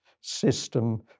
system